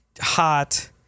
hot